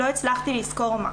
לא הצלחתי לזכור מה.